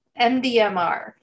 MDMR